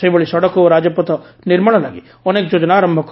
ସେହିଭଳି ସଡ଼କ ଓ ରାଜପଥ ନିର୍ମାଣ ଲାଗି ଅନେକ ଯୋଜନା ଆରମ୍ଭ କରାଯାଇଛି